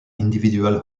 individual